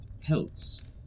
pelts